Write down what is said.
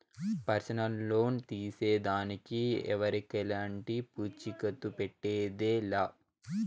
personal loan తీసేదానికి ఎవరికెలంటి పూచీకత్తు పెట్టేదె లా